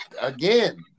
again